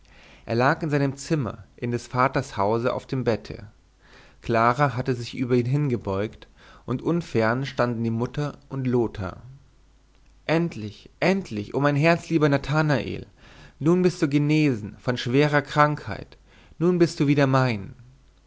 er lag in seinem zimmer in des vaters hause auf dem bette clara hatte sich über ihn hingebeugt und unfern standen die mutter und lothar endlich endlich o mein herzlieber nathanael nun bist du genesen von schwerer krankheit nun bist du wieder mein